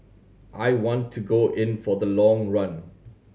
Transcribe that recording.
I want to go in for the long run